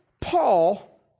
Paul